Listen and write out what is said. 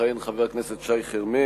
יכהן חבר הכנסת שי חרמש,